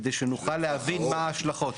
כדי שנוכל להבין מה ההשלכות.